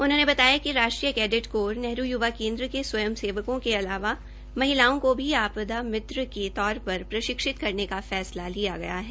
उन्होंने बताया कि राष्ट्रीय कैडेट कोर नेहरू य्वा केन्द्र के स्वयं सेवको के अलावा महिलाओं को भी आपदा मित्र के तौर पर प्रशिक्षित करने का फैसला लिया गया है